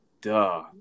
duh